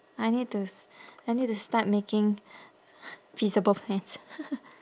I need to s~ I need to start making feasible plans